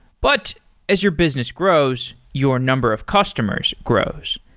but as your business grows, your number of customers grows.